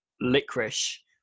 licorice